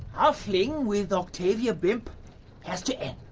our fling with octavia blimp has to end.